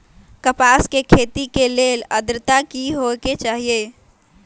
कपास के खेती के लेल अद्रता की होए के चहिऐई?